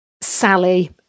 Sally